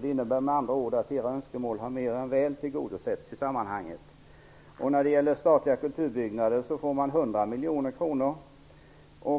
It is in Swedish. Det innebär med andra ord att era önskemål mer än väl har tillgodosetts i sammanhanget. När det gäller statliga kulturbyggnader får man 100 miljoner kronor.